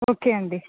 okay అండి